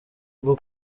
bwo